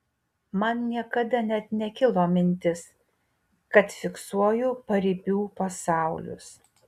man niekada net nekilo mintis kad fiksuoju paribių pasaulius